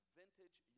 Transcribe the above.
vintage